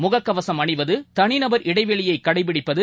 முகக்கவசம் அணிவது தனிநபர் இடைவெளியைகடைப்பிடிப்பது